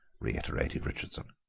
reiterated richardson.